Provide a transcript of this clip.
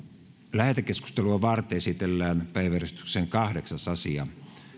lähetekeskustelua varten esitellään päiväjärjestyksen kahdeksas asia